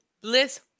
Bliss